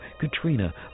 Katrina